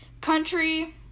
Country